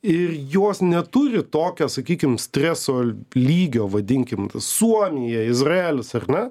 ir jos neturi tokio sakykim streso lygio vadinkim tai suomija izraelis ar ne